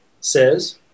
says